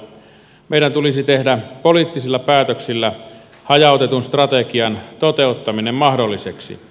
meidän tulisi tehdä poliittisilla päätöksillä hajautetun strategian toteuttaminen mahdolliseksi